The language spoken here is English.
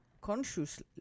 conscious